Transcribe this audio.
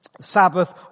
Sabbath